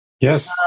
Yes